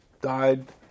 died